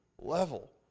level